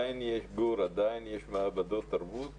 גור, עדיין יש מעבדות תרבות?